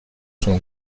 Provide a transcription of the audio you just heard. sont